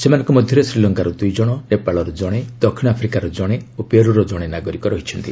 ସେମାନଙ୍କ ମଧ୍ୟରେ ଶ୍ରୀଲଙ୍କାର ଦୁଇ ଜଣ ନେପାଳର ଜଣେ ଦକ୍ଷିଣ ଆଫ୍ରିକାର ଜଣେ ଓ ପେରୁର ଜଣେ ନାଗରିକ ରହିଛନ୍ତି